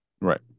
right